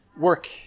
Work